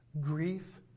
grief